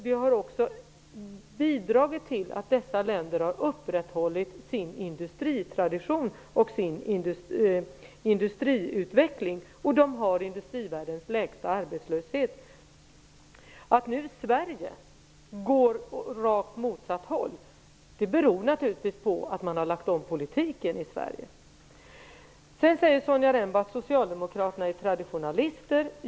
Det har också bidragit till att länderna har kunnat upprätthålla sin industritradition och industriutveckling. Dessa tre länder har industrivärldens lägsta arbetslöshet. Att nu Sverige går åt rakt motsatt håll beror naturligtvis på att man har lagt om politiken. Sonja Rembo sade att socialdemokraterna är traditionalister.